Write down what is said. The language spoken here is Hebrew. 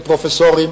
עם פרופסורים